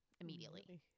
immediately